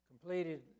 completed